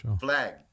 Flag